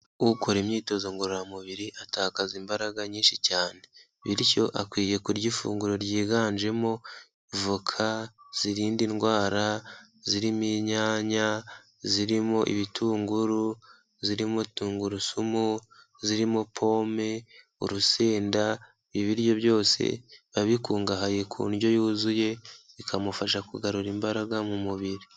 Ukora imyitozo ngororamubiri atakaza imbaraga nyinshi cyane, bityo akwiye kurya ifunguro ryiganjemo voka zirinda indwara, zirimo inyanya, zirimo ibitunguru, zirimo tungurusumu, zirimo pome, urusenda, ibiryo byose biba bikungahaye ku ndyo yuzuye bikamufasha kugarura imbaraga mu mubiri.